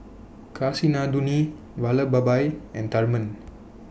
Kasinadhuni Vallabhbhai and Tharman